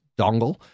dongle